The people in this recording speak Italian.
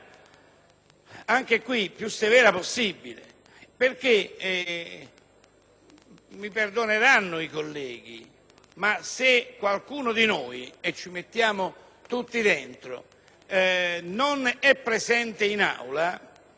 maniera più severa possibile. Mi perdoneranno i colleghi, ma se qualcuno di noi - e ci mettiamo tutti dentro - non è presente in Aula,